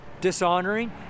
dishonoring